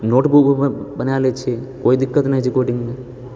notebook भी बनाए लै छी कोइ दिक्कत नहि छै कोडिङ्गमे